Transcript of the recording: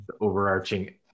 overarching